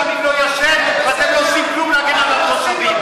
לא ישן ואתם לא עושים כלום, מה אתה חושב.